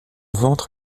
ventre